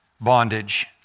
bondage